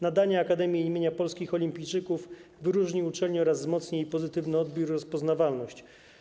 Nadanie akademii imienia polskich olimpijczyków wyróżni uczelnię oraz wzmocni jej pozytywny odbiór i rozpoznawalność.